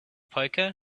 poker